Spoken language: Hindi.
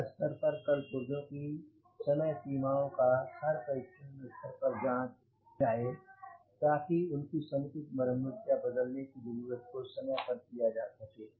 हर स्तर पर कल पुर्जों की समय सीमाओं का हर परीक्षण स्तर पर जांच जाए ताकि उनकी समुचित मरम्मत या बदलने की जरुरत को समय पर किया जा सके